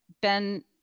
Ben